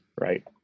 right